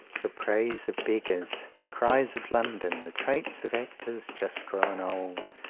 the praise of beggars, the cries of london, the traits of actors just grown old,